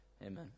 Amen